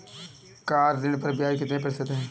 Car ऋण पर ब्याज कितने प्रतिशत है?